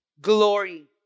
glory